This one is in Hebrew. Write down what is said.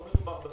נביא את